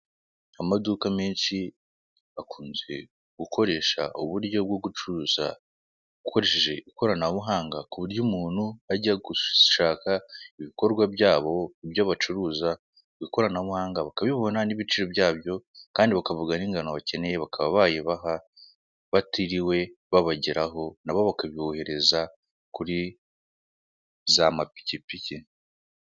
Amaduka menshi akunze gukoresha uburyo bwo gucuruza ukoresheje ikoranabuhanga ku buryo umuntu ajya gushaka ibikorwa byabo, ibyo bacuruza ku ikoranabuhanga bakabibona n'ibiciro byabyo kandi bakavuga n'ingano bakeneye bakaba bayibaha batiriwe babageraho na bo bakabyohereza kuri zamapikipiki.